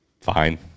Fine